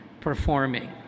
performing